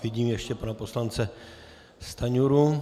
Vidím ještě pana poslance Stanjuru.